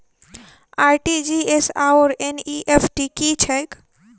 RTGS आओर NEFT की छैक?